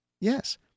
Yes